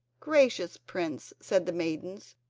gracious prince said the maidens,